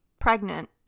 pregnant